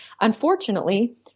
unfortunately